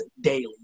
daily